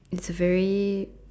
it's very